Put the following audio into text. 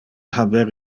haber